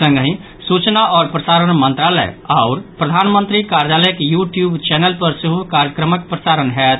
संगहि सूचना आओर प्रसारण मंत्रालय आओर प्रधानमंत्री कार्यालयक यू ट्यूब चैनल पर सेहो कार्यक्रमक प्रसारण होयत